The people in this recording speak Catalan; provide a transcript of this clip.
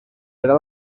serà